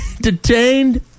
detained